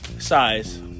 size